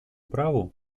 праву